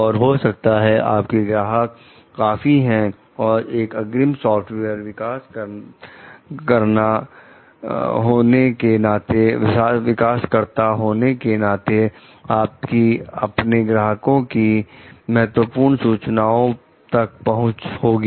और हो सकता है आपके ग्राहक काफी है और एक अग्रिम सॉफ्टवेयर विकास करता होने के नाते आपकी अपने ग्राहकों की महत्वपूर्ण सूचनाओं तक पहुंच होगी